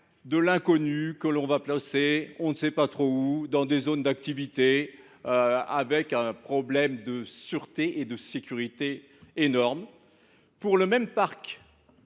de l’inconnu que l’on va placer on ne sait trop où, dans des zones d’activité, impliquant des problèmes de sûreté et de sécurité énormes ! Pour le même parc,